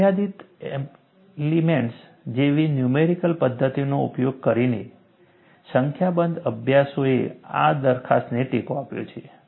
મર્યાદિત એલિમેન્ટ્સ જેવી ન્યુમેરિકલ પદ્ધતિઓનો ઉપયોગ કરીને સંખ્યાબંધ અભ્યાસોએ આ દરખાસ્તને ટેકો આપ્યો છે